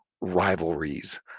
rivalries